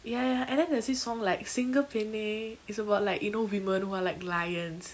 ya ya and then there's this song like Singa பெண்ணே:singa penne it's about like you know women who are like lions